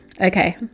okay